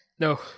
No